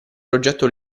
progetto